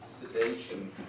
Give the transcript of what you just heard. sedation